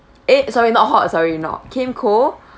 eh sorry not hot sorry not came cold